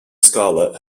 scarlet